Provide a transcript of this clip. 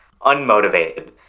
unmotivated